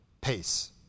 pace